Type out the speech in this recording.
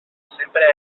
sempre